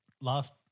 last